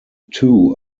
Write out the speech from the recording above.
two